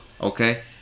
Okay